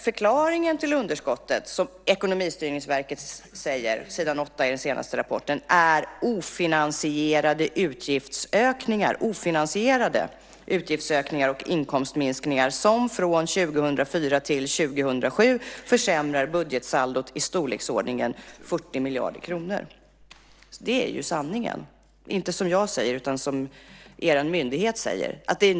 Förklaringen till underskottet är, som Ekonomistyrningsverket säger på s. 8 i den senaste rapporten, ofinansierade utgiftsökningar och inkomstminskningar som från 2004 till 2007 försämrar budgetsaldot i storleksordningen 40 miljarder kronor. Det är sanningen. Det är inget jag hittar på, utan det är er myndighet som säger det.